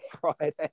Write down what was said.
Friday